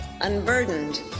unburdened